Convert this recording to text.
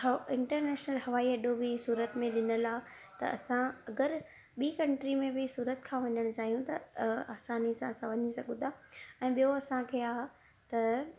हव इंटरनेशनल हवाई अड्डो बि सूरत में ॾिनियलु आहे त असां अगरि ॿी कंटरी में बि सूरत खां वञणु चाहियूं था असानी सां असां वञी सघू था ऐं ॿियों असांखे आहे त